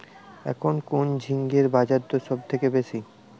এখন কোন ঝিঙ্গের বাজারদর সবথেকে বেশি?